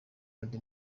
melody